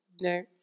No